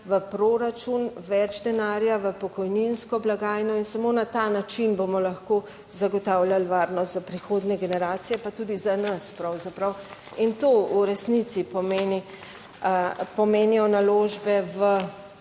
v proračun, več denarja v pokojninsko blagajno in samo na ta način bomo lahko zagotavljali varnost za prihodnje generacije, pa tudi za nas pravzaprav in to v resnici pomeni, pomenijo naložbe v